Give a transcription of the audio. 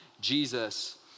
Jesus